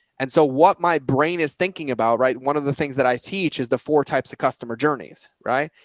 and so what my brain is thinking about, right? one of the things that i teach is the four types of customer journeys, right?